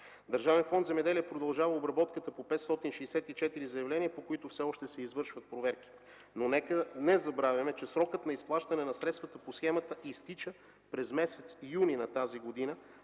Държавен фонд „Земеделие” продължава обработката по 564 заявления, по които все още се извършват проверки, но нека не забравяме, че срокът на изплащане на средствата по схемата изтича през месец юни на тази година,